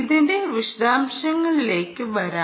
ഇതിന്റെ വിശദാംശങ്ങളിലേക്ക് വരാം